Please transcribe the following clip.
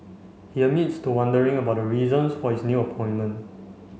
he admits to wondering about the reasons for his new appointment